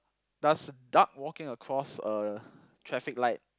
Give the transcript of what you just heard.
does duck walking across a traffic light